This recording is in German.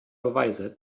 beweise